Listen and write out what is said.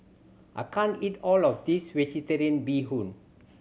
I can't eat all of this Vegetarian Bee Hoon